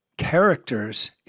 characters